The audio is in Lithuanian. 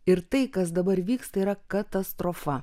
ir tai kas dabar vyksta yra katastrofa